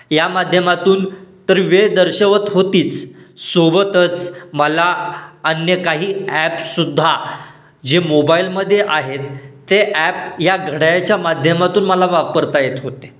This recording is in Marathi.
या माध्यमातून तर वेळ दर्शवत होतीच सोबतच मला अन्य काही ॲप सुद्धा जे मोबाईलमध्ये आहेत ते ॲप या घडाळ्याच्या माध्यमातून मला वापरता येत होते